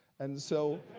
and so